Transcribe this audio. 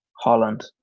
Holland